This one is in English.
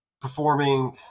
performing